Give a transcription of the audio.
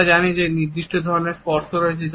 আমরা জানি যে কিছু নির্দিষ্ট ধরণের স্পর্শ রয়েছে